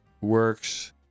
works